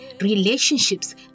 relationships